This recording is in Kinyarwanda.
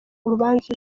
urubanza